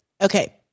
Okay